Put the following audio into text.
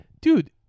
dude